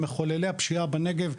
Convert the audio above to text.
הם מחוללי הפשיעה בנגב,